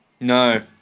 No